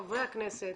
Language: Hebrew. חברי הכנסת